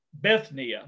Bethnia